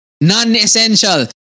non-essential